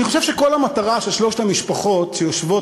אני חושב שכל המטרה של שלוש המשפחות שיושבות,